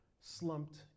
Slumped